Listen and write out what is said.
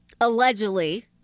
allegedly